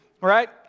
right